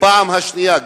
בפעם השנייה,